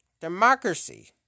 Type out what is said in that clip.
Democracy